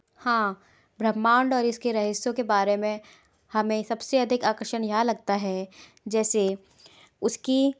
हाँ ब्रह्मांड और इसके रहस्यों के बारे में हमें सबसे अधिक आकर्षण यह लगता है जैसे उसकी